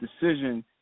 decision